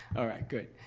all right, good.